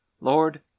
Lord